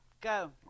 Go